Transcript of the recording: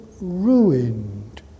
ruined